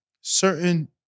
certain